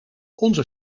onze